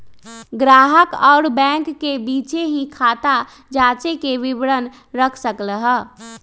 ग्राहक अउर बैंक के बीचे ही खाता जांचे के विवरण रख सक ल ह